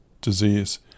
disease